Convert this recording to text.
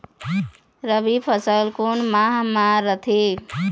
रबी फसल कोन माह म रथे?